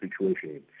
situation